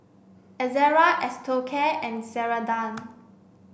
Ezerra Osteocare and Ceradan